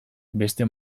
beste